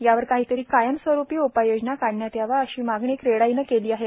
यावर काहोतरां कायमस्वरूपी उपाययोजना काढण्यात याव्यात अशी मागणी क्रिडाईने केलो आहे